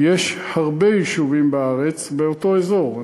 יש הרבה יישובים בארץ באותו אזור,